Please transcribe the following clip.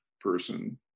person